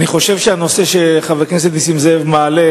אני חושב שהנושא שחבר הכנסת נסים זאב מעלה